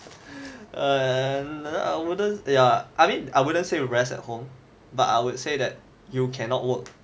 err I wouldn't yeah I mean I wouldn't say rest at home but I would say that you cannot work